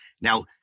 Now